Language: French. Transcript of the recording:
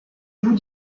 bout